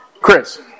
Chris